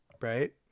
right